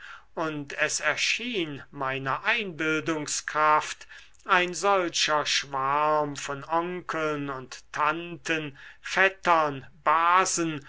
und es erschien meiner einbildungskraft ein solcher schwarm von onkeln und tanten vettern basen